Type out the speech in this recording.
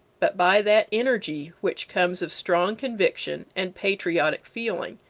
but by that energy which comes of strong conviction and patriotic feeling,